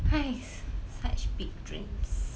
!hais! such big dreams